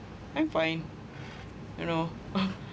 I'm fine you know uh